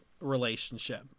relationship